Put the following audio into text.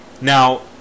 Now